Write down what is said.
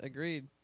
Agreed